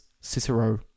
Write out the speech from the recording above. Cicero